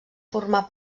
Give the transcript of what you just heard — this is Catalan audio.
formar